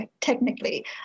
Technically